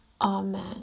Amen